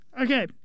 Okay